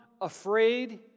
afraid